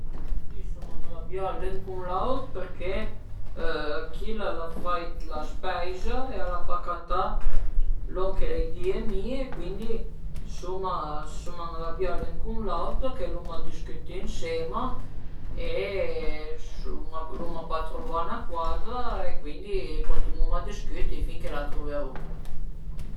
Ënt ël temp liber a m'pias ën cazin andé ën bici, però a m'pias anche pìeme cüra dë l'ort, andé fe dë caminade, giüté le persun-e s'a n'an da manca, ma anche ste ën po cugià sël let e vardé ën po dë televiziun e ën po dë social